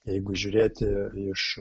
jeigu žiūrėti iš